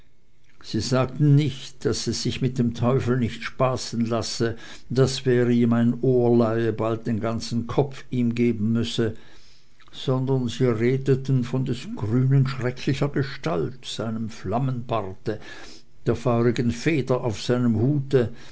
sie sagten nicht daß es sich mit dem teufel nicht spaßen lasse daß wer ihm ein ohr leihe bald den ganzen kopf ihm geben müsse sondern sie redeten von des grünen schrecklicher gestalt seinem flammenbarte der feurigen feder auf seinem hute